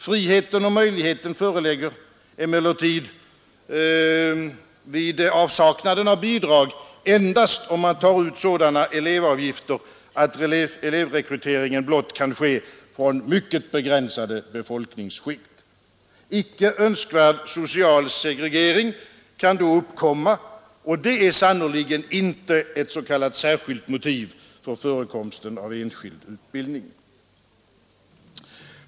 Friheten och möjligheten föreligger emellertid vid avsaknaden av bidrag endast om man tar ut sådana elevavgifter att elevrekryteringen blott kan ske från mycket begränsade befolkningsskikt. Icke önskvärd social segregering kan då uppkomma, och det är sannerligen inte ett s.k. särskilt motiv för förekomsten av enskild utbildning.